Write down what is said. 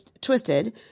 Twisted